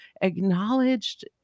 acknowledged